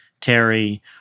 Terry